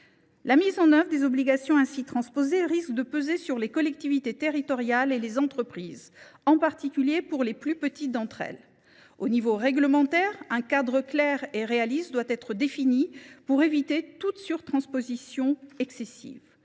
La mise en œuvre des obligations ainsi transposées risque de peser sur les collectivités territoriales et les entreprises, en particulier sur les plus petites d’entre elles. Au niveau réglementaire, un cadre clair et réaliste doit être défini pour éviter toute surtransposition excessive.